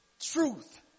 truth